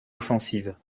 offensive